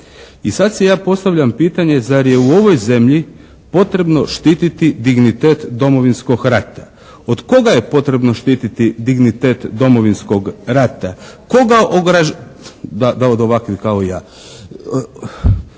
I sad si ja postavljam pitanje zar je u ovoj zemlji potrebno štititi dignitet Domovinskog rata? Od koga je potrebno štititi dignitet Domovinskog rata? Tko ga … /Govornik se